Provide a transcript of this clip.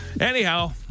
Anyhow